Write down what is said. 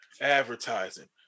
advertising